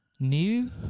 New